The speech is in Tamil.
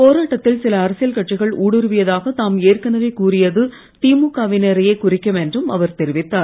போராட்டத்தில் சில அரசியல் கட்சிகள் ஊடுறுவியதாக தாம் ஏற்கனவே கூறியது திமுக வினரையே குறிக்கும் என்றும் அவர் தெரிவித்தார்